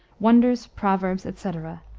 wonders, proverbs, etc,